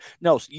No